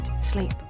sleep